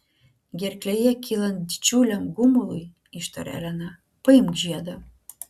gerklėje kylant didžiuliam gumului ištarė elena paimk žiedą